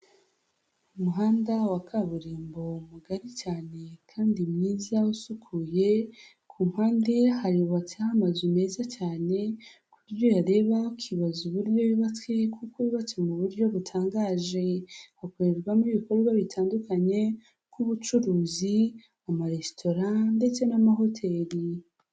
Umuhanda wa kaburimbo mugari cyane, kandi mwiza usukuye, ku mpande hayubatseho amazu meza cyane, ku buryo uyareba ukibaza uburyo yubatswe kuko yubatse mu buryo butangaje. Hakorerwamo ibikorwa bitandukanye, nk'ubucuruzi, amaresitora ndetse n'amahoteli.